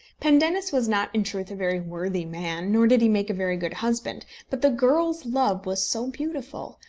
pendennis was not in truth a very worthy man, nor did he make a very good husband but the girl's love was so beautiful,